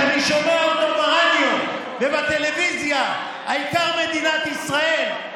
שאני שומע אותו ברדיו ובטלוויזיה עם: העיקר מדינת ישראל,